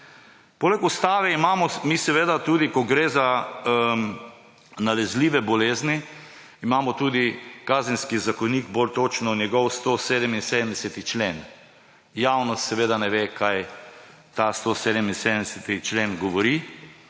Poleg ustave, ko gre za nalezljive bolezni, imamo tudi Kazenski zakonik, bolj točno njegov 177. člen. Javnost seveda ne ve, o čem ta 177. člen govori.